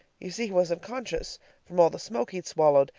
you see, he was unconscious from all the smoke he'd swallowed,